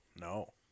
No